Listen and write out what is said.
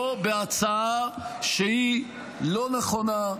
-- ולא בהצעה שהיא לא נכונה,